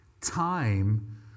Time